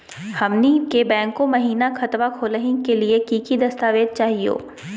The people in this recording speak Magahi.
हमनी के बैंको महिना खतवा खोलही के लिए कि कि दस्तावेज चाहीयो?